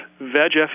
VEGF